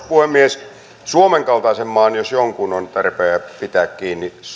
puhemies suomen kaltaisen maan jos jonkun on tärkeää pitää kiinni